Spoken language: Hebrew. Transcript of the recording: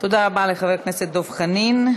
תודה רבה לחבר הכנסת דב חנין.